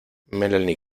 melanie